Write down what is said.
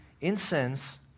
incense